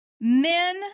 men